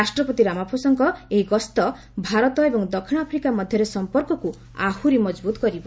ରାଷ୍ଟ୍ରପତି ରାମଫୋସାଙ୍କ ଏହି ଗସ୍ତ ଭାରତ ଏବଂ ଦକ୍ଷିଣ ଆଫ୍ରିକା ମଧ୍ୟରେ ସଂପର୍କକୁ ଆହୁରି ମଜବୁତ କରିବ